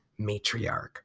matriarch